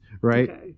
right